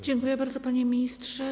Dziękuję bardzo, panie ministrze.